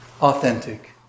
authentic